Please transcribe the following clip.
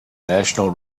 national